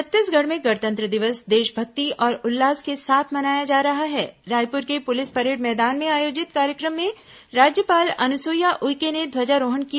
छत्तीसगढ़ में गणतंत्र दिवस देशभक्ति और उल्लास के साथ मनाया जा रहा है रायपुर के पुलिस परेड मैदान में आयोजित कार्यक्रम में राज्यपाल अनुसुईया उइके ने ध्वजारोहण किया